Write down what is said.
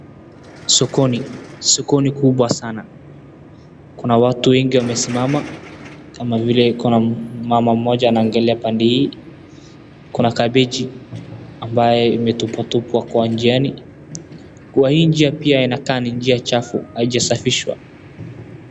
Sokoni. Sokoni kubwa sana. Kuna watu wengi wamesimama. Kama vile kuna mama mmoja anaangalia pande hii. Kuna kabichi ambayo imetupwa tupwa kwa njiani. Kwa hii njia pia inakaa ni njia chafu haijasafishwa.